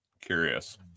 curious